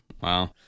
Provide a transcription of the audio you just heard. wow